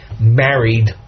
married